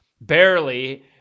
barely